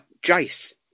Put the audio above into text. Jace